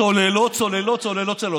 צוללות, צוללות, צוללות.